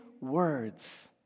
words